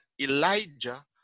Elijah